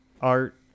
Art